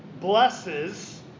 blesses